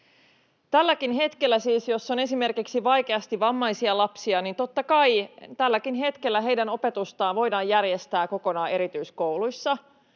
Tälläkin hetkellä, siis jos on esimerkiksi vaikeasti vammaisia lapsia, totta kai heidän opetustaan voidaan järjestää kokonaan erityiskouluissa.